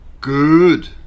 Good